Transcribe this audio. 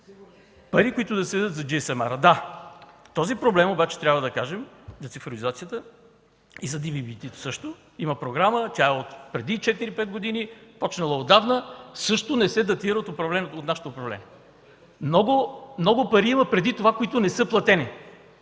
пари, които да се дадат за GSМ-R. Да, този проблем обаче трябва да кажeм за цифровизацията и за DVB-T също има програма, тя е отреди 4 5 години, почнала отдавна, също не се датира от времето на нашето управление. Много пари има преди това, които не са платени.